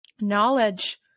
knowledge